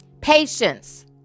Patience